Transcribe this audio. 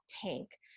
tank